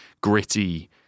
gritty